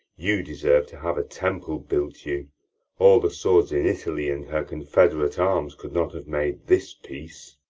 you deserve to have a temple built you all the swords in italy, and her confederate arms, could not have made this peace.